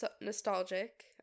nostalgic